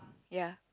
ya